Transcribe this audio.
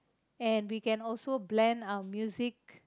and we can also blend our music